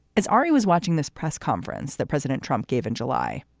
as ari was watching this press conference that president trump gave in july,